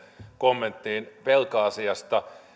kommenttiin velka asiasta